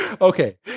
okay